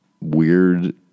weird